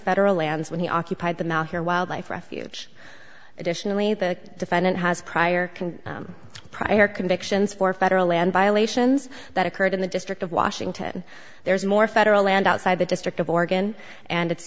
federal lands when he occupied them out here wildlife refuge additionally the defendant has prior prior convictions for federal land violations that occurred in the district of washington there's more federal land outside the district of oregon and it's